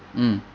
mm